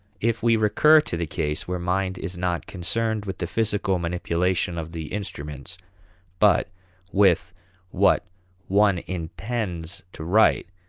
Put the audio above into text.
if we recur to the case where mind is not concerned with the physical manipulation of the instruments but with what one intends to write,